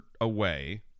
away